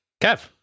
Kev